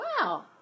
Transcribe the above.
Wow